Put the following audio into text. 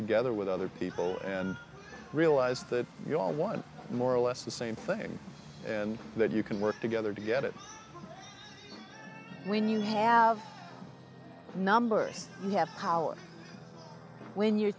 together with other people and realize that you are one more or less the same thing and that you can work together to get it when you have numbers you have power when you're